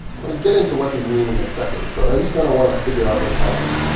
i'm going to get into what these mean in a second, but i just kind of want to figure out what's happening.